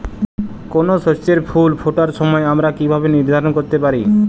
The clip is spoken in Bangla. কোনো শস্যের ফুল ফোটার সময় আমরা কীভাবে নির্ধারন করতে পারি?